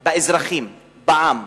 באזרחים, בעם.